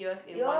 your